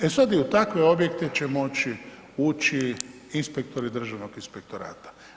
E sad i u takve objekte će moći ući inspektori Državnog inspektorata.